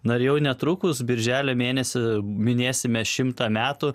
na ir jau netrukus birželio mėnesį minėsime šimtą metų